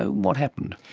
and what happened?